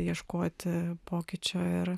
ieškoti pokyčio ir